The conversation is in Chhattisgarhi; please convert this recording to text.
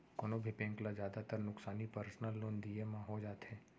कोनों भी बेंक ल जादातर नुकसानी पर्सनल लोन दिये म हो जाथे